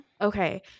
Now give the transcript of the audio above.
okay